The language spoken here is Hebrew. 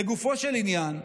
לגופו של עניין,